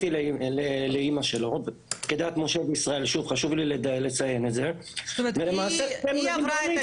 שבו החצי מיליון איש האלה,